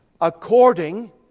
according